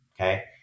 Okay